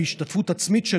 בהשתתפות עצמית של